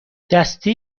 دستی